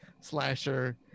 slasher